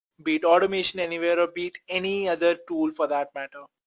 be it automation anywhere, ah be it any other tool for that matter,